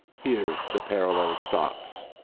here the parallel stops.